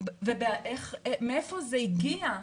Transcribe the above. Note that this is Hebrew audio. ומאיפה זה הגיע,